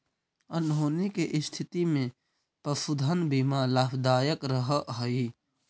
अनहोनी के स्थिति में पशुधन बीमा लाभदायक रह हई